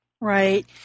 Right